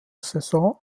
saison